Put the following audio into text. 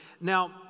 Now